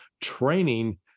training